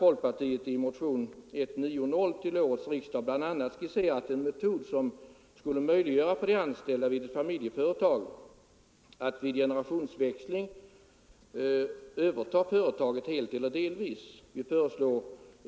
Folkpartiet har i motionen 190 till årets riksdag bl.a. skisserat en metod som skulle möjliggöra för de anställda vid ett familjeföretag att vid generationsväxling överta företaget helt eller delvis.